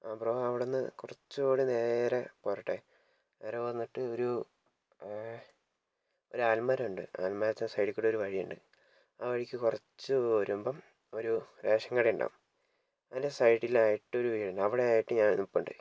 bro അവിടുന്ന് കുറച്ചു കൂടി നേരെ പോരട്ടെ നേരെ പോന്നിട്ട് ഒരു ഒരു ആൽമരം ഉണ്ട് ആൽമരത്തിൻ്റെ സൈടികൂടെ ഒരു വഴിയുണ്ട് ആ വഴിക്ക് കുറച്ച് പോരുമ്പം ഒരു റേഷൻകട ഉണ്ടാകും അതിൻ്റെ സൈടിലായിട്ട് ഒരു വീടുണ്ട് അവിടെയായിട്ട് ഞാൻ നില്പുണ്ട്